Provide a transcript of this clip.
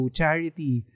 charity